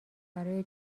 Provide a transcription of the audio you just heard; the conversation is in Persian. برای